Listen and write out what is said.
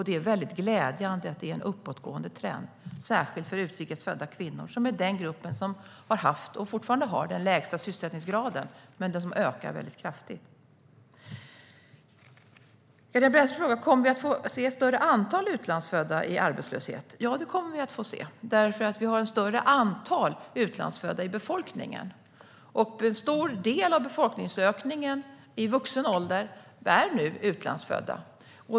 Det är glädjande att det är en uppåtgående trend, särskilt för utrikes födda kvinnor som är den grupp som har haft och fortfarande har den lägsta sysselsättningsgraden. Den ökar nu alltså kraftigt. Katarina Brännström frågar: Kommer vi att få se ett större antal utlandsfödda i arbetslöshet? Ja, det kommer vi att få se eftersom vi har ett större antal utlandsfödda i befolkningen. En stor del av befolkningsökningen bland dem i vuxen ålder utgörs nu av utlandsfödda.